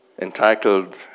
entitled